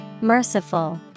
Merciful